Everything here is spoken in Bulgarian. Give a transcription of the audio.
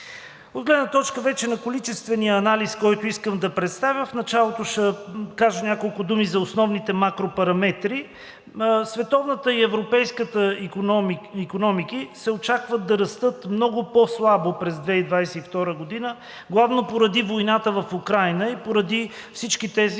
От гледна точка вече на количествения анализ, който искам да представя, в началото ще кажа няколко думи за основните макропараметри. Световната и европейската икономики се очаква да растат много по-слабо през 2022 г., главно поради войната в Украйна и поради всички тези